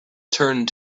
turned